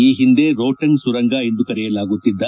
ಈ ಹಿಂದೆ ರೋಹ್ವಂಗ್ ಸುರಂಗ ಎಂದು ಕರೆಯಲಾಗುತ್ತಿದ್ದ